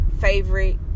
favorite